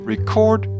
Record